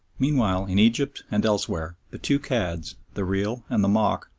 meanwhile, in egypt and elsewhere, the two cads, the real and the mock,